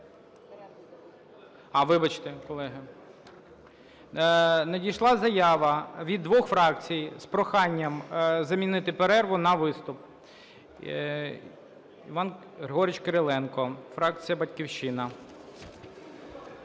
Надійшла заява від двох фракцій з проханням замінити перерву на виступ.